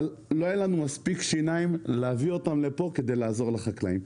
לא יהיו לנו מספיק שיניים להביא אותם לפה כדי לעזור לחקלאים.